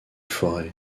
forêts